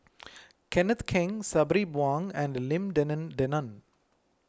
Kenneth Keng Sabri Huang and Lim Denan Denon